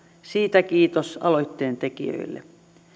siitä kiitos aloitteen tekijöille